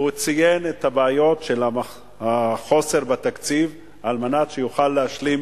הוא ציין את הבעיות של החוסר בתקציב על מנת שיוכל להשלים